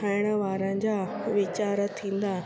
खाइण वारनि जा वीचारु थींदा